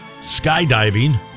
skydiving